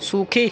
সুখী